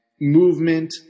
movement